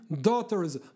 daughters